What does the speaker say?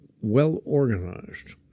well-organized